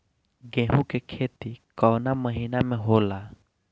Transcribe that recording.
गेहूँ के खेती कवना महीना में होला?